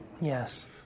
Yes